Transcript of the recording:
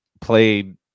played